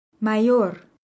Mayor